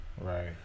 Right